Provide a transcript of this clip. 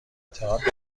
تئاتر